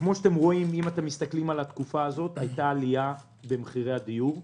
כמו שאתם רואים בתקופה הזאת הייתה עלייה במחירי הדיור,